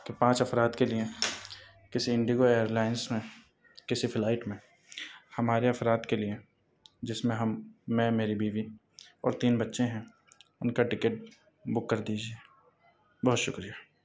کہ پانچ افراد کے لیے کسی انڈیگو ایئرلائنس میں کسی فلائٹ میں ہمارے افراد کے لیے جس میں ہم میں میری بیوی اور تین بچے ہیں ان کا ٹکٹ بک کر دیجیے بہت شکریہ